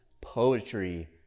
poetry